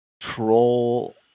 troll